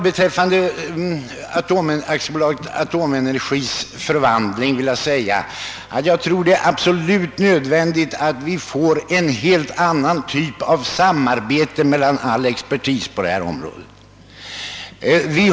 Beträffande AB Atomenergis förvandling tror jag att det är absolut nödvändigt att vi får till stånd en helt annan typ av samarbete mellan expertisen på detta område.